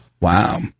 wow